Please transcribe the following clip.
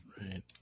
Right